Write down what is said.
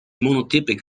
monotypic